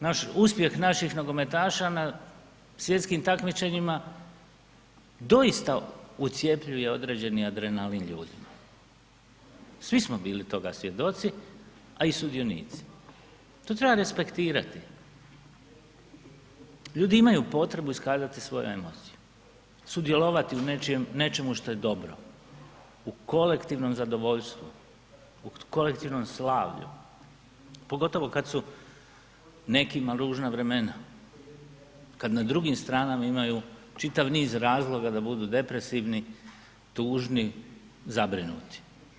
Naš, uspjeh naših nogometaša na svjetskim takmičenjima doista ucjepljuje određeni adrenalin ljudima, svi smo bili toga svjedoci, a i sudionici, to treba respektirati, ljudi imaju potrebu iskazati svoje emocije, sudjelovati u nečemu što je dobro u kolektivnom zadovoljstvu, u kolektivnom slavlju, pogotovo kad su nekima ružna vremena, kad na drugim stranama imaju čitav niz razloga da budu depresivni, tužni, zabrinuti.